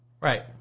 Right